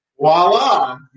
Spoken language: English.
voila